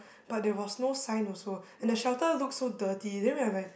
but there was no sign also and the shelter looks so dirty then we are like